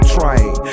Train